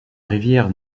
rivière